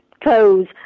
clothes